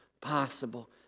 possible